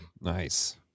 nice